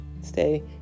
stay